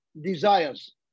desires